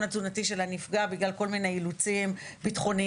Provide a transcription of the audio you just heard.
התזונתי שלה נפגע בגלל כל מיני אילוצים ביטחוניים,